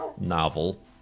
novel